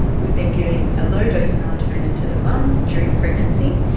we've been giving a low dose melatonin to the mum during pregnancy.